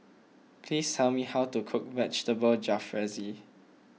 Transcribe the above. please tell me how to cook Vegetable Jalfrezi